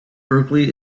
berkley